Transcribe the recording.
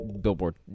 billboard